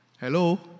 Hello